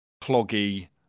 cloggy